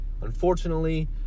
Unfortunately